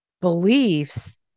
beliefs